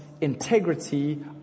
integrity